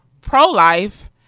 pro-life